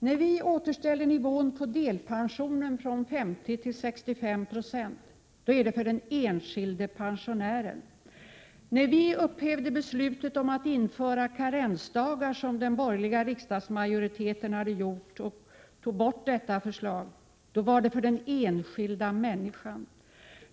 När vi återställer nivån på delpensionen från 50 till 65 96 är det för den enskilde pensionärens skull. När vi upphävde beslutet om att införa karensdagar, som den borgerliga riksdagsmajoriteten hade drivit igenom, var det för den enskilda människans skull.